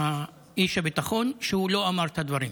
איש הביטחון, שהוא לא אמר את הדברים,